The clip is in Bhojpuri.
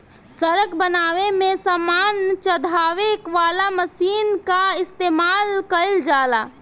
सड़क बनावे में सामान चढ़ावे वाला मशीन कअ इस्तेमाल कइल जाला